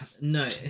No